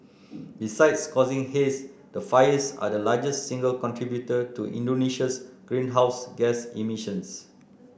besides causing haze the fires are the largest single contributor to Indonesia's greenhouse gas emissions